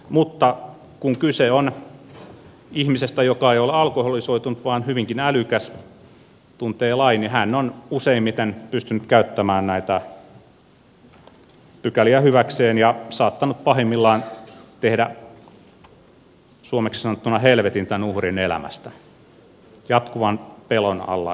mutta kun kyse on ihmisestä joka ei ole alkoholisoitunut vaan hyvinkin älykäs tuntee lain niin hän on useimmiten pystynyt käyttämään näitä pykäliä hyväkseen ja saattanut pahimmillaan tehdä suomeksi sanottuna helvetin tämän uhrin elämästä jatkuvan pelon alla elämisen